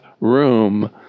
room